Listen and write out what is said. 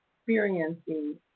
experiencing